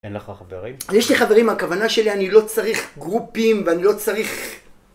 אין לך חברים? יש לי חברים, הכוונה שלי אני לא צריך גרופים ואני לא צריך...